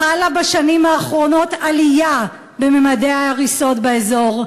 חלה בשנים האחרונות עלייה בממדי ההריסות באזור.